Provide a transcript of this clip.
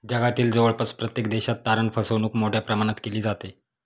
जगातील जवळपास प्रत्येक देशात तारण फसवणूक मोठ्या प्रमाणात केली जाते